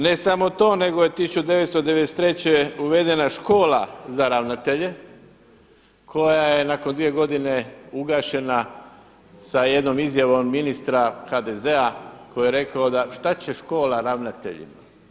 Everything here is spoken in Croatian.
Ne samo to nego je 1993. uvedena škola za ravnatelje koja je nakon dvije godine ugašena sa jednom izjavom ministra HDZ-a koji je rekao, šta će škola ravnateljima.